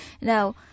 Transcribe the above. Now